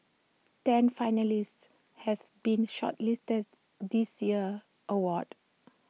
ten finalists have been shortlisted this year's award